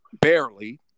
Barely